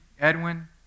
Edwin